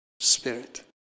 Spirit